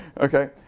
Okay